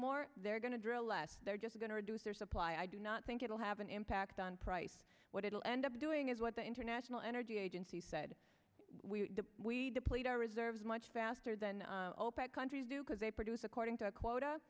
more they're going to drill less they're just going to reduce their supply i do not think it will have an impact on price what it will end up doing is what the international energy agency said we deplete our reserves much faster than opec countries do because they produce according to a quota